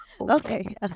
Okay